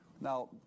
Now